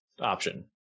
option